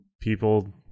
people